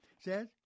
Says